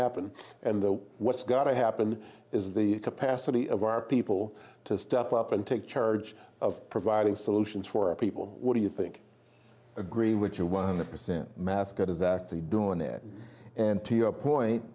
happened and the what's got to happen is the capacity of our people to step up and take charge of providing solutions for our people what do you think agree with you one hundred percent mascot is that they do in there and to your point